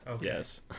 Yes